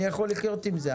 הוא יכול לחיות עם זה.